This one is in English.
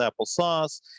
applesauce